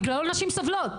בגללו נשים סובלות.